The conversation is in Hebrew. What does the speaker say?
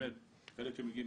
אלה שמגיעים,